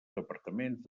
departaments